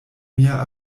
mia